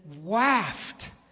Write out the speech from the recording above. waft